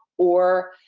or,